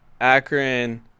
Akron